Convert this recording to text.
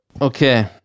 Okay